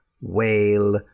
whale